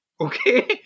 Okay